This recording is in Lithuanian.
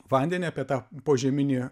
vandenį apie tą požeminį